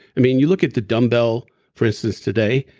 i mean you look at the dumbbell, for instance, today.